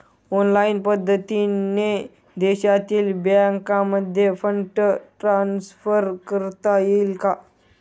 Online पद्धतीने देशातील बँकांमध्ये फंड ट्रान्सफर करता येईल का?